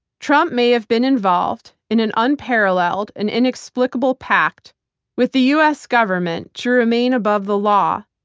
trump may have been involved in an unparalleled and inexplicably pact with the us government to remain above the law,